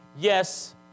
Yes